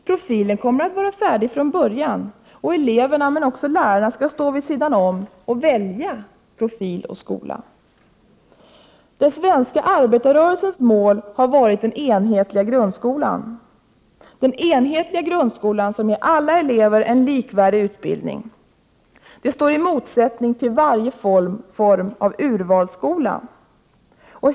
Profilen kommer att vara färdig från början och eleverna, men också lärarna, skall stå vid sidan om och välja profil och skola. Den svenska arbetarrörelsens mål har varit den enhetliga grundskolan. Den enhetliga grundskolan ger alla elever en likvärdig utbildning, och den står i motsättning till varje form av urvalsskola.